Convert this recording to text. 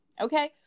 Okay